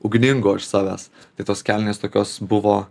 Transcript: ugningo iš savęs tai tos kelnės tokios buvo